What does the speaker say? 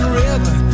river